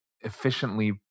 efficiently